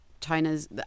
China's